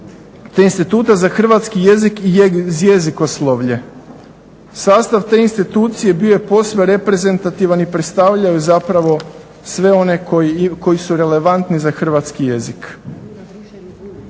te Instituta za hrvatski jezik i jezikoslovlje. Sastav te institucije bio je posve reprezentativan i predstavljao je zapravo sve one koji su relevantni za hrvatski jezik.